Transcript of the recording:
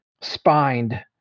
spined